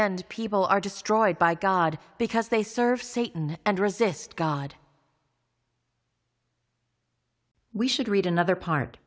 end people are destroyed by god because they serve satan and resist god we should read another part